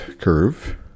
curve